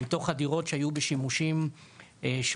מתוך הדירות שהיו בשימושים שונים.